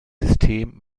system